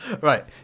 Right